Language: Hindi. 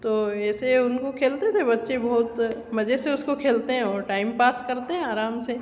तो ऐसे उनको खेलते थे बच्चे बहुत मज से उसको खेलते हैं और टाइम पास करते हैं आराम से